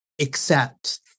accept